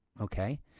Okay